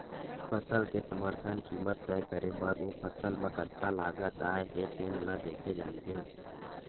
फसल के समरथन कीमत तय करे बर ओ फसल म कतका लागत आए हे तेन ल देखे जाथे